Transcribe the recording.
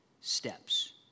steps